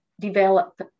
develop